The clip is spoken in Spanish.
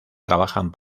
trabajan